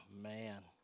man